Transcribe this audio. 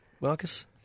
Marcus